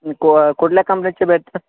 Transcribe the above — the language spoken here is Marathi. कु कुठल्या कंपनीचे भेटतात